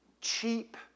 Cheap